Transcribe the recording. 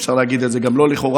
אפשר להגיד על זה גם לא לכאורה,